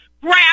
Grab